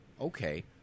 okay